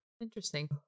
interesting